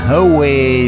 away